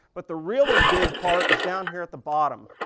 but the really big part is down here at the bottom.